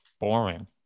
boring